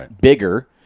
bigger